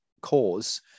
cause